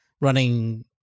running